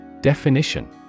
Definition